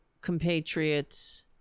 compatriots